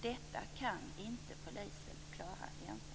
Detta kan inte polisen klara ensam.